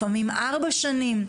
לפעמים ארבע שנים,